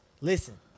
listen